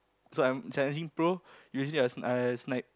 so I'm challenging pro usually I'll I'll snipe